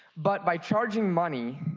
but by charging money,